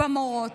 במורות.